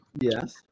yes